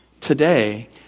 today